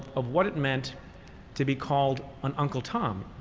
of what it meant to be called an uncle tom,